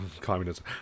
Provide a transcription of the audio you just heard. communism